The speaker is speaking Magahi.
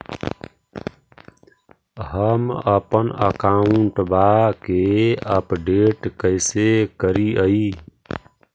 हमपन अकाउंट वा के अपडेट कैसै करिअई?